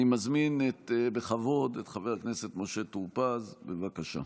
אני מזמין בכבוד את חבר הכנסת משה טור פז, בבקשה.